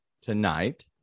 tonight